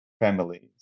families